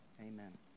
Amen